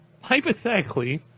Hypothetically